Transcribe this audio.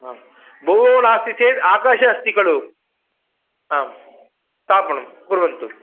आम् भूमौ नीस्ति चेत् आकाशे अस्ति खलु आम् स्थापणं कुर्वन्तु